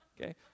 okay